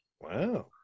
Wow